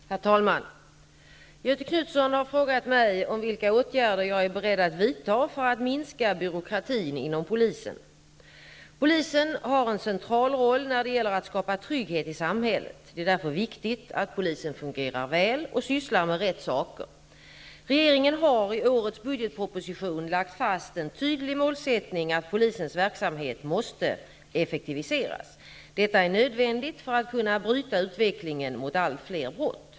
Herr talman! Göthe Knutson har frågat mig om vilka åtgärder jag är beredd att vidta för att minska byråkratin inom polisen. Polisen har en central roll när det gäller att skapa trygghet i samhället. Det är därför viktigt att polisen fungerar väl och sysslar med rätt saker. Regeringen har i årets budgetproposition lagt fast en tydlig målsättning att polisens verksamhet måste effektiviseras. Detta är nödvändigt för att kunna bryta utvecklingen mot allt fler brott.